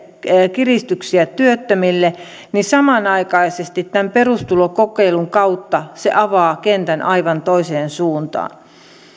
kiristyksiä työttömille ja samanaikaisesti tämän perustulokokeilun kautta se avaa kentän aivan toiseen suuntaan